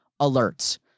Alerts